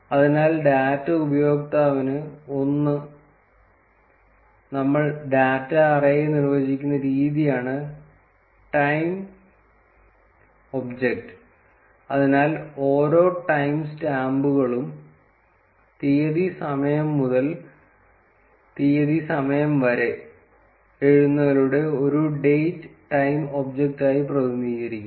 അതിനാൽ ഡാറ്റ ഉപയോക്താവിന് 1 നമ്മൾ ഡാറ്റ അറേയെ നിർവ്വചിക്കുന്ന രീതിയാണ് ടൈം ടൈം ഒബ്ജക്റ്റ് അതിനാൽ ഓരോ ടൈം സ്റ്റാമ്പുകളും തീയതി സമയം മുതൽ തീയതി സമയം വരെ എഴുതുന്നതിലൂടെ ഒരു ഡേറ്റ് ടൈം ഒബ്ജക്റ്റായി പ്രതിനിധീകരിക്കുന്നു